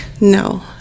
No